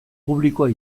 publikoa